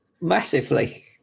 massively